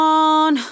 on